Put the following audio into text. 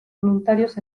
voluntarios